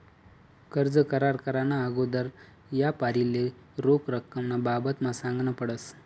कर्ज करार कराना आगोदर यापारीले रोख रकमना बाबतमा सांगनं पडस